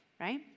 Right